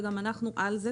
ואנחנו גם על זה.